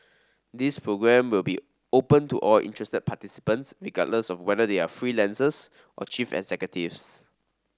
this program will be open to all interested participants regardless of whether they are freelancers or chief executives